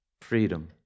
Freedom